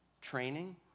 training